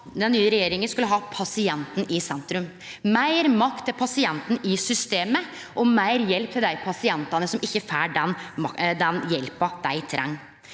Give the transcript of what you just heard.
at den nye regjeringa skulle ha pasienten i sentrum, meir makt til pasienten i systemet og meir hjelp til dei pasientane som ikkje får den hjelpa dei treng.